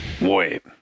Wait